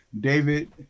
David